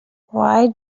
why